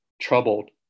troubled